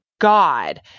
God